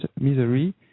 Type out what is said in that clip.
misery